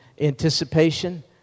anticipation